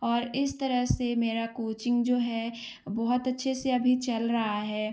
और इस तरह से मेरा कोचिंग जो है बहुत अच्छे से अभी चल रहा है